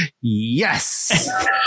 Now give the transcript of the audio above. Yes